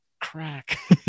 crack